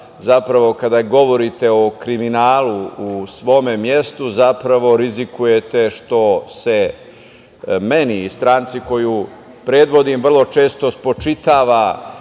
da kada govorite o kriminalu u svom mestu zapravo rizikujete što se meni i stranci koju predvodim vrlo često spočitava